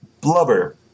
Blubber